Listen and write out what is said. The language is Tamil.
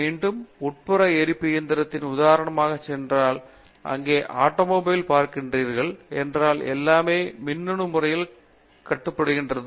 மீண்டும் உட்புற எரிப்பு இயந்திரத்தின் உதாரணத்திற்குச் சென்றால் இன்று ஆட்டோமொபைல் பார்க்கிறீர்கள் என்றால் எல்லாமே மின்னணு முறையில் கட்டுப்படுத்தப்படுகிறது